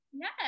Yes